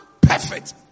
perfect